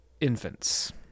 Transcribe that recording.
infants